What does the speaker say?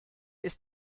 ist